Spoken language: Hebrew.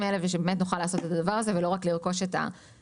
האוטובוסים האלה ושנוכל לעשות את הדבר הזה ולא רק לרכוש את האוטובוסים.